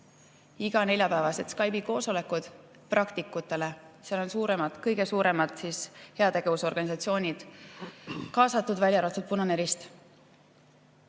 iganeljapäevased Skype'i koosolekud praktikutele, seal on kõige suuremad heategevusorganisatsioonid kaasatud, välja arvatud Punane Rist.